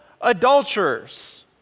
adulterers